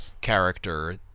character